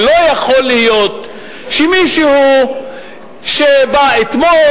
ולא יכול להיות שמישהו שבא אתמול,